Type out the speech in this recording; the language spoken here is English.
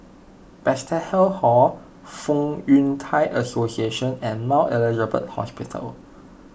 Bethesda Hall Fong Yun Thai Association and Mount Elizabeth Hospital